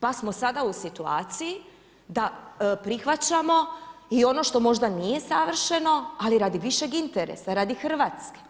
Pa smo sada u situaciji da prihvaćamo i ono što možda nije savršeno ali radi više interesa, radi Hrvatske.